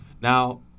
now